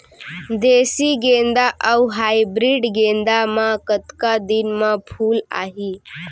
देसी गेंदा अऊ हाइब्रिड गेंदा म कतका दिन म फूल आही?